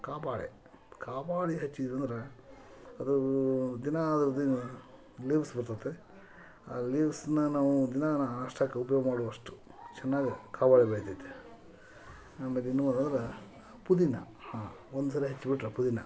ಕಾಬಾಳೆ ಕಾಬಾಳೆ ಹಚ್ಚಿದ್ರಂದರೆ ಅದು ದಿನಾ ದಿನಾ ಲೀವ್ಸ್ ಬರ್ತದೆ ಆ ಲೀವ್ಸನ್ನ ನಾವು ದಿನಾ ನಾಷ್ಟಾಕ್ಕೆ ಉಪಯೋಗ ಮಾಡೋವಷ್ಟು ಚೆನ್ನಾಗ ಕಾಬಾಳೆ ಬೆಳೀತೈತಿ ಆಮೇಲೆ ಇನ್ನೂ ಒಂದಂದ್ರೆ ಪುದೀನಾ ಹಾಂ ಒಂದುಸರಿ ಹಚ್ಬಿಟ್ರೆ ಪುದೀನಾ